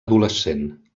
adolescent